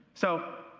so,